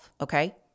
okay